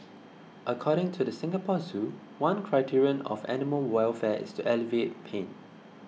according to the Singapore Zoo one criterion of animal welfare is to alleviate pain